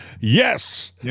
Yes